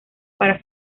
para